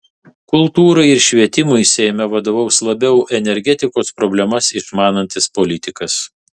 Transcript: kultūrai ir švietimui seime vadovaus labiau energetikos problemas išmanantis politikas